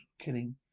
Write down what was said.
killing